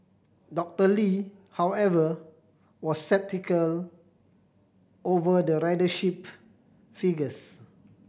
Doctor Lee however was sceptical over the ridership figures